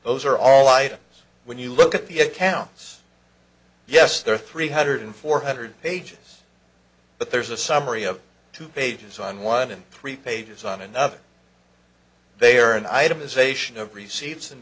those are all items when you look at the accounts yes there are three hundred four hundred pages but there's a summary of two pages on one and three pages on another they are an item is ation of receipts and